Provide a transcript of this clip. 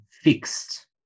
fixed